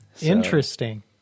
Interesting